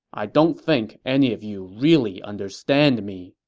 i don't think any of you really understand me.